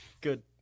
Good